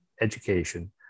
education